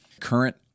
current